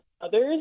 others